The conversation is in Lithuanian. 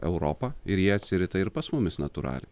europą ir jie atsirita ir pas mumis natūraliai